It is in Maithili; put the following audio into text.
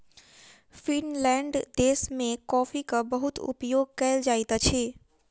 फ़िनलैंड देश में कॉफ़ीक बहुत उपयोग कयल जाइत अछि